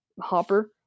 Hopper